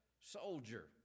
soldier